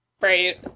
right